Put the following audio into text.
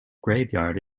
graveyard